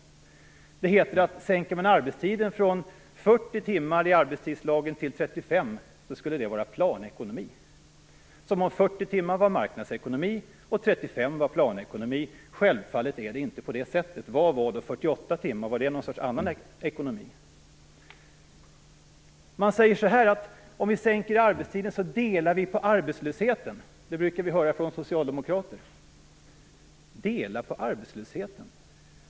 Om man sänker arbetstiden i arbetstidslagen från 40 timmar till 35 skulle det vara planekonomi, heter det - som om 40 timmar var marknadsekonomi och 35 var planekonomi. Självfallet är det inte på det sättet. Vad var i så fall 48 timmar? Var det någon annan sorts ekonomi? Man säger också att om vi sänker arbetstiden så delar vi på arbetslösheten. Det brukar vi höra från socialdemokrater. Delar på arbetslösheten!